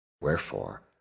Wherefore